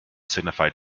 signified